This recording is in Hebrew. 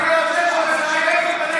אם אנחנו נשתוק,